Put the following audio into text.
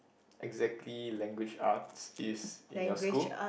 exactly language arts is in your school